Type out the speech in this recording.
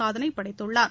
சாதனை படைத்துள்ளார்